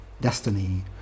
destiny